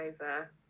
over